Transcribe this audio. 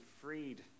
freed